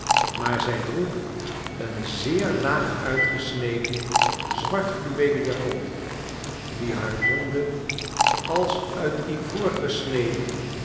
maar zij droeg een zeer laag uitgesneden zwart fluweelen japon die haar ronde als uit ivoor